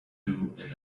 and